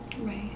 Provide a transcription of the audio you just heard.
Right